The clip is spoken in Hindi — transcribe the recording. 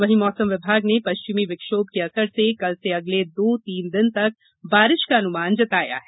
वहीं मौसम विभाग ने पश्चिमी विक्षोम के असर से कल से अगले दो तीन दिन तक बारिश का अनुमान जताया है